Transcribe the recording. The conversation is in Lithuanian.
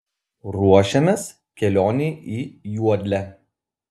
ruošiamės kelionei į juodlę